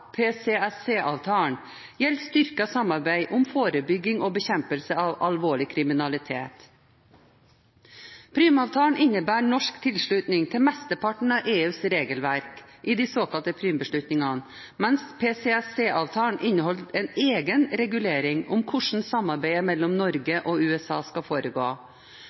gjelder styrket samarbeid om forebygging og bekjempelse av alvorlig kriminalitet. Prüm-avtalen innebærer norsk tilslutning til mesteparten av EUs regelverk i de såkalte Prüm-beslutningene, mens PCSC-avtalen inneholder en egen regulering av hvordan samarbeidet mellom Norge og USA skal foregå.